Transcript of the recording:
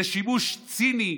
זה שימוש ציני,